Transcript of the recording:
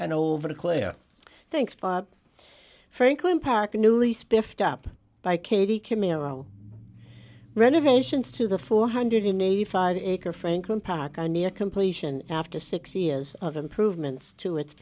and over claire thanks bob franklin park a newly spiffed up by katie camaro renovations to the four hundred and eighty five acre franklin park are near completion after six years of improvements to it